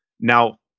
Now